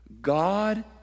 God